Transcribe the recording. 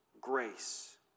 grace